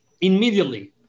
immediately